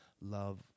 love